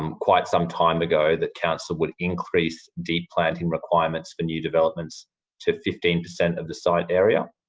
um quite some time ago, that council would increase deep planting requirements for new developments to fifteen percent of the site area.